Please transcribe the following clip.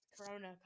Corona